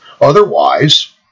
Otherwise